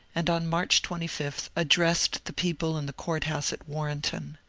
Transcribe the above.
and on march twenty five addressed the people in the court-house at warrenton.